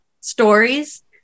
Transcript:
stories